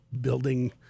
building